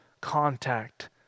contact